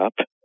up